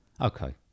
Okay